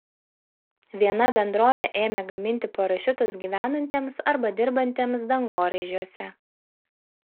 viena bendrovė ėmė gaminti parašiutus gyvenantiems arba dirbantiems dangoraižiuose